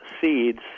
seeds